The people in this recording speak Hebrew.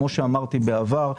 כמו שאמרתי בעבר,